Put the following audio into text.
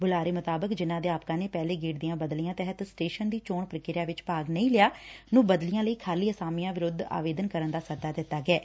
ਬੁਲਾਰੇ ਅਨੁਸਾਰ ਜਿਨ ਅਧਿਆਪਕਾ ਨੇ ਪਹਿਲੇ ਗੇੜ ਦੀਆ ਬਦਲੀਆਂ ਤਹਿਤ ਸਟੇਸ਼ਨ ਦੀ ਚੋਣ ਪੁਕਿਰਿਆ ਵਿੱਚ ਭਾਗ ਨਹੀਂ ਲਿਆ ਨੂੰ ਬਦਲੀਆਂ ਲਈ ਖਾਲੀ ਅਸਾਮੀਆਂ ਵਿਰੁੱਧ ਆਵੇਦਨ ਕਰਨ ਦਾ ਸੱਦਾ ਦਿੱਤਾ ਗਿਐ